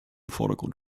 vordergrund